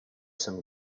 some